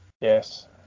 yes